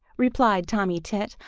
replied tommy tit,